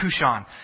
Kushan